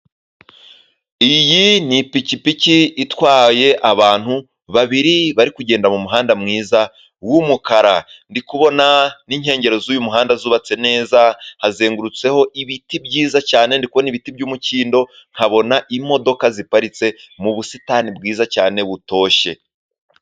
Iyi ni ipikipiki itwaye abantu babiri, bari kugenda mu muhanda mwiza w'umukara. Ndi kubona n'inkengero z'uyu muhanda zubatse neza, hazengurutseho ibiti byiza cyane. Ndi kubona ibiti by'umukindo, nkabona imodoka ziparitse mu busitani bwiza cyane butoshye.